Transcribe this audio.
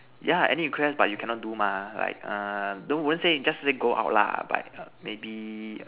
yeah any request but you cannot do mah like uh don't won't say just say go out lah but uh maybe